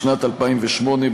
בשנת 2008,